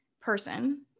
person